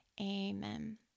Amen